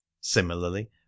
Similarly